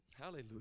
Hallelujah